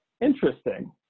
Interesting